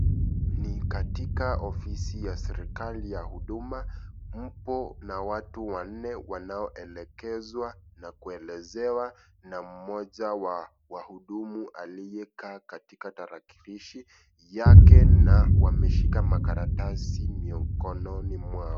Ni katika ofisi ya serikali ya huduma, mpo na watu wanne wanaoelekezwa na kuelezewa na mmoja wa wahudumu aliyekaa katika tarakilishi yake na wameshika makaratasi mikononi mwao.